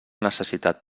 necessitat